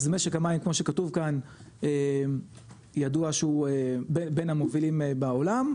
אז משק המים כמו שכתוב כאן ידוע שהוא בין המובילים בעולם,